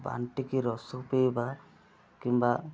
ବାଟିକି ରସୁ ପିଇବା କିମ୍ବା